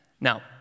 Now